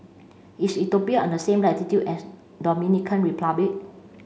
is Ethiopia on the same latitude as Dominican Republic